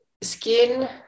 Skin